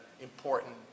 important